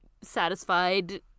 satisfied